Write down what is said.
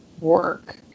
work